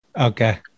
okay